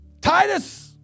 Titus